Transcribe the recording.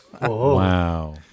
Wow